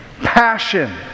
Passion